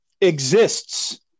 exists